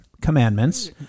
Commandments